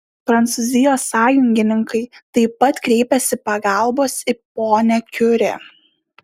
prancūzijos sąjungininkai taip pat kreipiasi pagalbos į ponią kiuri